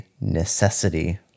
necessity